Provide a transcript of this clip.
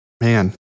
Man